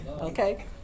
okay